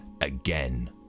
again